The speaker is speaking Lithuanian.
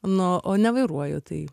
nu o nevairuoju tai